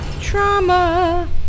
trauma